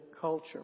culture